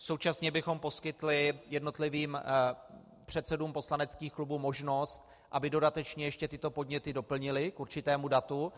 Současně bychom poskytli jednotlivým předsedům poslaneckých klubů možnost, aby dodatečně ještě tyto podněty doplnili k určitému datu.